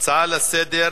הצעה לסדר-היום: